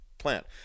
plant